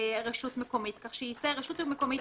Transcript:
רשות מקומית כך שיצא: הרשות המקומית